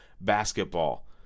basketball